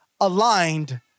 aligned